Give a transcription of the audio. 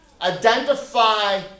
identify